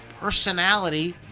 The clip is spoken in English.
personality